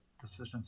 decisions